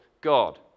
God